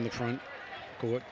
in the front court